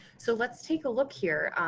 so let's take a look here.